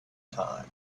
time